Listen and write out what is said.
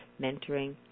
mentoring